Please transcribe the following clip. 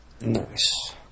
nice